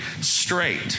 straight